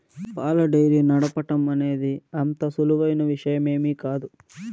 పాల డెయిరీ నడపటం అనేది అంత సులువైన విషయమేమీ కాదు